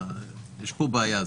יש פה בעיה,